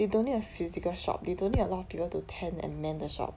they don't have physical shop they don't need a lot of people to tend and man the shop